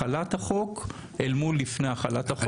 מהחלת החוק אל מול לפני החלת החוק.